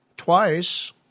Twice